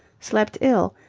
slept ill,